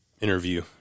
interview